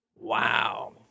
Wow